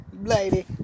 Lady